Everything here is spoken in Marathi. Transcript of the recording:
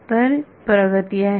तर ही प्रगती आहे